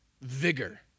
vigor